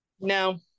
No